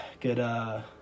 Good